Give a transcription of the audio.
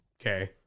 Okay